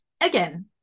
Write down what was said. Again